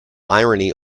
irony